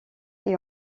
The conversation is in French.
est